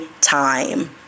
time